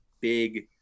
big